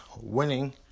winning